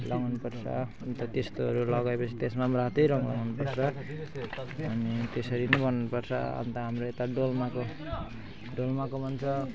लगाउनुपर्छ अन्त त्यस्तोहरू लगाएपछि त्यसमा पनि रातै रङ लगाउनुपर्छ अनि त्यसरी नै गर्नुपर्छ अन्त हाम्रो यता डोलमाको डोलमाको भन्छ